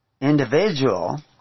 individual